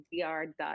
dr